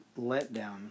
letdown